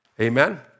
Amen